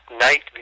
night